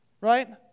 right